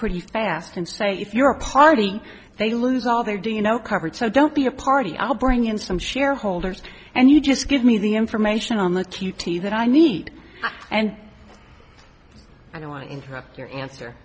pretty fast and say if you're a party they lose all their do you no coverage so don't be a party i'll bring in some shareholders and you just give me the information on the q t that i need and i don't want to interrupt your answer